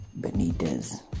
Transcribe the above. Benitez